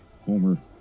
Homer